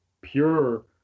pure